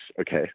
okay